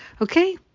Okay